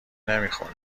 نمیخوره